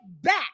back